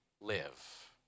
live